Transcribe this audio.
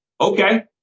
okay